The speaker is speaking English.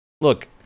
Look